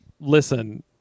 listen